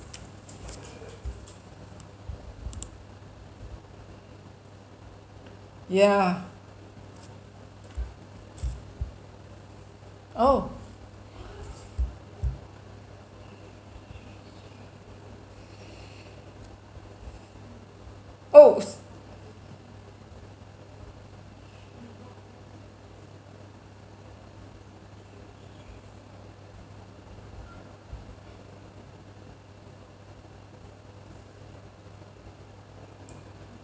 yeah oh oh